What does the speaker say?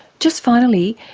just finally,